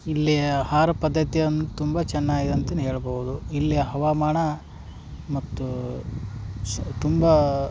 ಇಲ್ಲಿಯ ಆಹಾರ ಪದ್ಧತಿ ಅನ್ ತುಂಬ ಚೆನ್ನಾಗಿದೆ ಅಂತನೆ ಹೇಳ್ಬೌದು ಇಲ್ಲಿ ಹವಮಾನ ಮತ್ತು ಶ್ ತುಂಬ